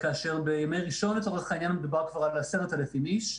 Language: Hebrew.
כאשר בימי ראשון מדובר כבר על 10,000 איש.